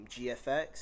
GFX